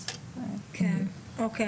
אז --- אוקיי,